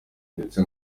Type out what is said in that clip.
ndetse